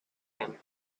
him